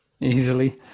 easily